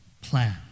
plan